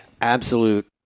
absolute